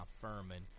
Furman